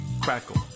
Crackle